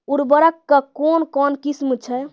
उर्वरक कऽ कून कून किस्म छै?